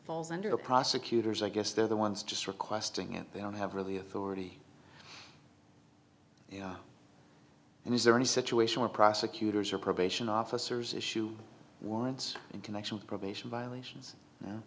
falls under prosecutors i guess they're the ones just requesting it they don't have really authority and is there any situation where prosecutors or probation officers issue warrants in connection with probation violation